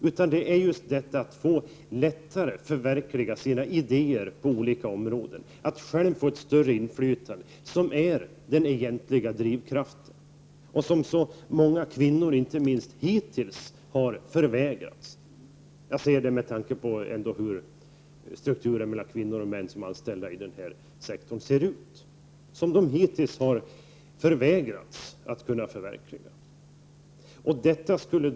Men är just detta att lättare få förverkliga sina idéer på olika områden och att själva få ett större inflytande som är den egentliga drivkraften. Det är det som så många kvinnor hittills förvägrats -- jag säger det med tanke på strukturen i den här sektorn när det gäller proportionerna mellan kvinnor och män bland de anställda.